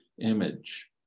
image